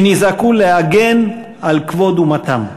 שנזעקו להגן על כבוד אומתם.